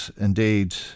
indeed